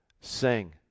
sing